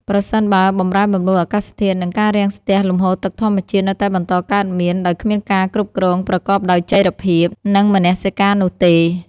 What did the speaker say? ប្រសិនបើបម្រែបម្រួលអាកាសធាតុ និងការរាំងស្ទះលំហូរទឹកធម្មជាតិនៅតែបន្តកើតមាន ដោយគ្មានការគ្រប់គ្រងប្រកបដោយចីរភាព និងមនសិការនោះទេ។